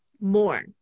more